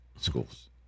schools